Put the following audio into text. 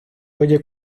oye